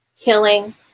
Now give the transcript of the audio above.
killing